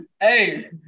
Hey